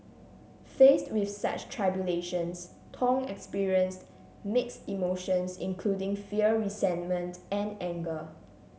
faced with such tribulations Thong experienced mixed emotions including fear resentment and anger